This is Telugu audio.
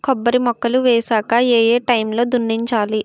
కొబ్బరి మొక్కలు వేసాక ఏ ఏ టైమ్ లో దున్నించాలి?